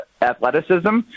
athleticism